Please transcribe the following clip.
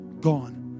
gone